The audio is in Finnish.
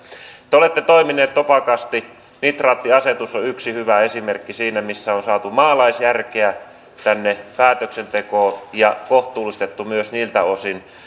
te olette toiminut topakasti nitraattiasetus on yksi hyvä esimerkki siitä missä on saatu maalaisjärkeä tänne päätöksentekoon ja kohtuullistettu myös niiltä osin